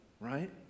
right